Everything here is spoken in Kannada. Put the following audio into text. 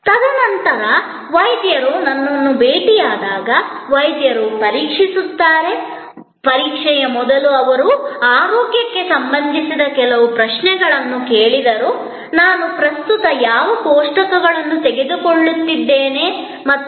ತದನಂತರ ವೈದ್ಯರು ನನ್ನನ್ನು ಭೇಟಿಯಾದಾಗ ವೈದ್ಯರು ಪರೀಕ್ಷಿಸುತ್ತಾರೆ ಪರೀಕ್ಷೆಯ ಮೊದಲು ಅವರು ಆರೋಗ್ಯಕ್ಕೆ ಸಂಬಂಧಿಸಿದ ಕೆಲವು ಪ್ರಶ್ನೆಗಳನ್ನು ಕೇಳಿದರು ನಾನು ಪ್ರಸ್ತುತ ಯಾವ ಕೋಷ್ಟಕಗಳನ್ನು ತೆಗೆದುಕೊಳ್ಳುತ್ತಿದ್ದೇನೆ ಮತ್ತು ಹೀಗೆ